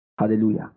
Hallelujah